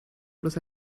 bloß